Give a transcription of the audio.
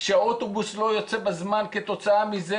כשאוטובוס לא יוצא בזמן כתוצאה מזה